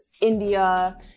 india